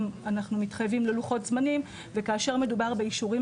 אנחנו מתחייבים ללוחות זמנים וכאשר מדובר באישורים